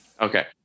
okay